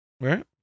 Right